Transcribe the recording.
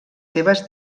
seves